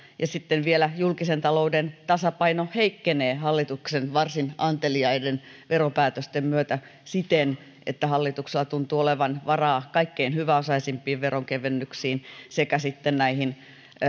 ja sitten vielä julkisen talouden tasapaino heikkenee hallituksen varsin anteliaiden veropäätösten myötä siten että hallituksella tuntuu olevan varaa kaikkein hyväosaisimpien veronkevennyksiin sekä sitten näihin